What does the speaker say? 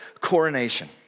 coronation